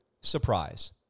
surprise